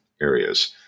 areas